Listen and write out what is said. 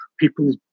people